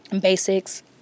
basics